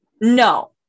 No